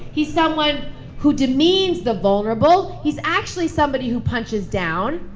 he's someone who demeans the vulnerable. he's actually somebody who punches down.